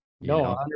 No